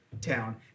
town